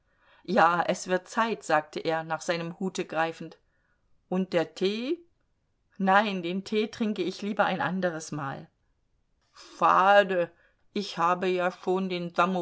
ja es wird zeit sagte er nach seinem hute greifend und der tee nein den tee trinke ich lieber ein anderes mal schade ich habe ja schon den